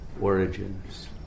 origins